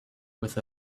with